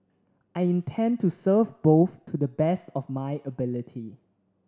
I intend to serve both to the best of my ability